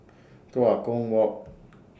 Tua Kong Walk